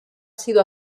sido